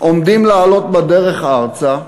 עומדים לעלות בדרך ארצה.